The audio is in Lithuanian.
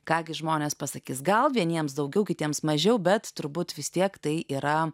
ką gi žmonės pasakys gal vieniems daugiau kitiems mažiau bet turbūt vis tiek tai yra